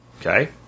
Okay